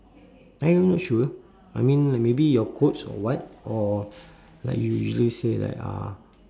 !huh! you not sure I mean like maybe your clothes or what or like you usually like uh